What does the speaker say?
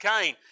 Cain